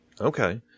Okay